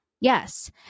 Yes